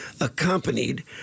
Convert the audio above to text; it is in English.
accompanied